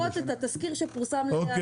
אתם צריכים לקרוא את התזכיר שפורסם להערות.